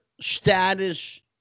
status